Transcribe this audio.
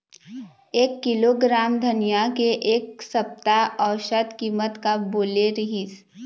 एक किलोग्राम धनिया के एक सप्ता औसत कीमत का बोले रीहिस?